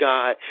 God